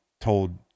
told